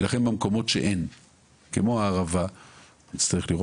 ולכן במקומות שאין כמו בערבה נצטרך לראות.